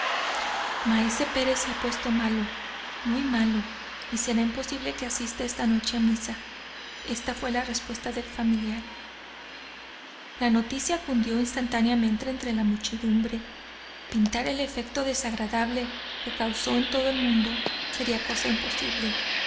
maese pérez se ha puesto malo muy malo y será imposible que asista esta noche á la misa de media noche esta fué la respuesta del familiar la noticia cundió instantáneamente entre la muchedumbre pintar el efecto desagradable que causó en todo el mundo sería cosa imposible